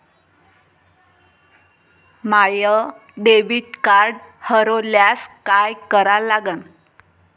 माय debit card हरोल्यास काय करा लागन?